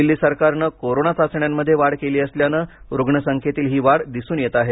दिल्ली सरकारने कोरोना चाचण्यांमध्ये वाढ केली असल्याने रुग्णसंख्येतील ही वाढ दिसून येत आहे